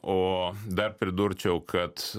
o dar pridurčiau kad